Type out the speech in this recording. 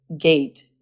gate